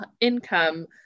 income